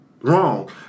wrong